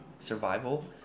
survival